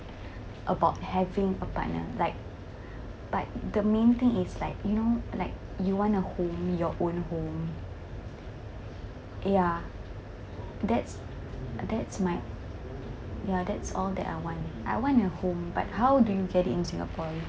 about having a partner like but the main thing is like you know like you want to own your own home ya that's that's might ya that's all that I want I want a home but how do you get it in singapore